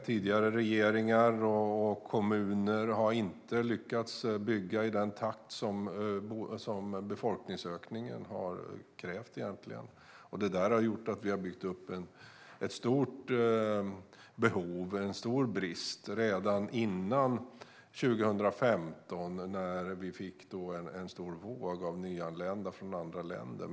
Tidigare regeringar och kommuner har inte lyckats bygga i den takt som befolkningsökningen har krävt. Det har gjort att vi har byggt upp ett stort behov och en stor brist. Så var det redan före 2015, när vi fick en stor våg av nyanlända från andra länder.